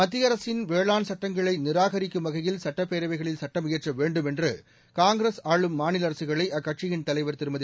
மத்திய அரசின் வேளாண் சுட்டங்களை நிராகரிக்கும் வகையில் சுட்டப்பேரவைகளில் சுட்டம் இயற்ற வேண்டும் என்று காங்கிரஸ் ஆளும் மாநில அரசுகளை அக்கட்சியின் தலைவர் திருமதி